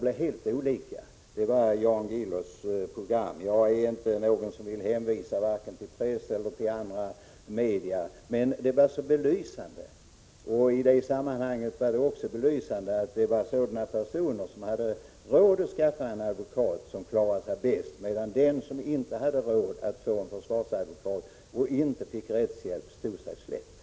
Jag vill inte hänvisa vare sig till pressen eller till andra media, men det var belysande i sammanhanget att det var sådana personer som hade råd att skaffa en advokat som klarade sig bäst, medan den som inte hade råd att skaffa en försvarsadvokat och inte fick rättshjälp stod sig slätt.